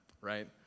right